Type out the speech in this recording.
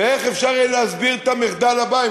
ואיך אפשר יהיה להסביר את המחדל הבא,